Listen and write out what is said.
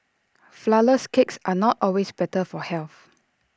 Flourless Cakes are not always better for health